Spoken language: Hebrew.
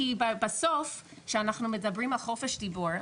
כי בסוף שאנחנו מדברים על חופש דיבור,